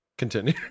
continue